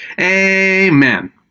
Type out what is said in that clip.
Amen